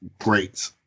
great